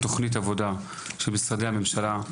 תוכנית עבודה של משרדי הממשלה,